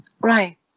Right